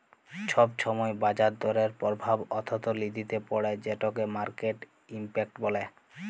ছব ছময় বাজার দরের পরভাব অথ্থলিতিতে পড়ে যেটকে মার্কেট ইম্প্যাক্ট ব্যলে